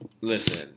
listen